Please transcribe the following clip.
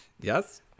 Yes